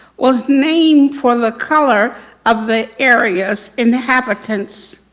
was named for the color of the area's inhabitants.